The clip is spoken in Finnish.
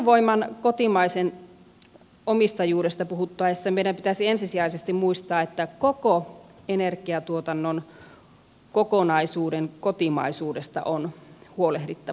fennovoiman kotimaisesta omistajuudesta puhuttaessa meidän pitäisi ensisijaisesti muistaa että koko energiatuotannon kokonaisuuden kotimaisuudesta on huolehdittava